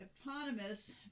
eponymous